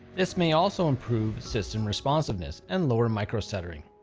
this may also improve system responsiveness and lower micro stuttering.